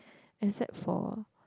except for